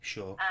Sure